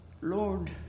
Lord